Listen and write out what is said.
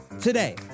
Today